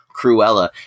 Cruella